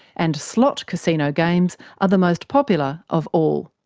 and slot casino games are the most popular of all.